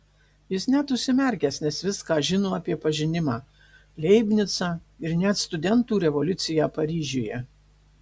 jis net užsimerkęs nes viską žino apie pažinimą leibnicą ir net studentų revoliuciją paryžiuje